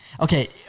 Okay